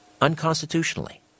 unconstitutionally